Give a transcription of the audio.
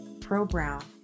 pro-Brown